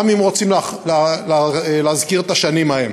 גם אם רוצים להזכיר את השנים האלה.